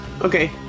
Okay